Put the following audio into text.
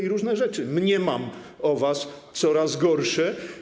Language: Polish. i różne rzeczy mniemam o was, coraz gorsze.